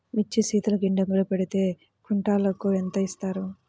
మిర్చి శీతల గిడ్డంగిలో పెడితే క్వింటాలుకు ఎంత ఇస్తారు?